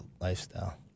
lifestyle